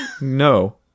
No